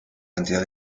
cantidad